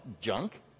junk